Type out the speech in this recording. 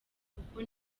kuko